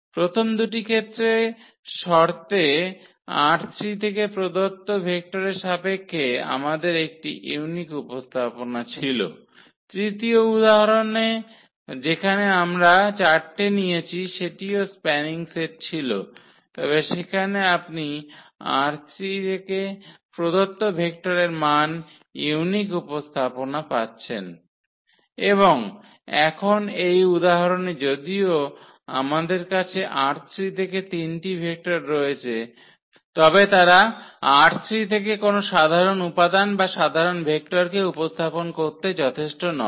প্রথম দুটি ক্ষেত্রে শর্তে ℝ3 থেকে প্রদত্ত ভেক্টরের সাপেক্ষে আমাদের একটি ইউনিক উপস্থাপনা ছিল তৃতীয় উদাহরণে যেখানে আমরা 4 টে নিয়েছি সেটিও স্প্যানিং সেট ছিল তবে সেখানে আপনি ℝ3 থেকে প্রদত্ত ভেক্টরের নন ইউনিক উপস্থাপনা পাচ্ছেন এবং এখন এই উদাহরণে যদিও আমাদের কাছে ℝ3 থেকে তিনটি ভেক্টর রয়েছে তবে তারা ℝ3 থেকে কোনও সাধারণ উপাদান বা সাধারণ ভেক্টরকে উপস্থাপন করতে যথেষ্ট নয়